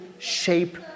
Shape